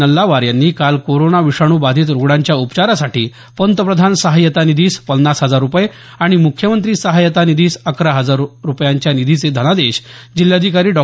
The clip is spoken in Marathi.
नल्लावार यांनी काल कोरोना विषाणू बाधित रुग्णांच्या उपचारासाठी पंतप्रधान सहाय्यता निधीस पन्नास हजार रुपये आणि मुख्यमंत्री सहाय्यता निधीस अकरा हजार रूपयांच्या निधीचे धनादेश जिल्हाधिकारी डॉ